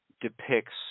depicts –